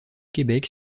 québec